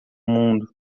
mundo